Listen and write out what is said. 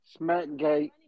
smackgate